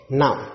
now